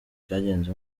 cyagenze